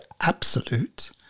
absolute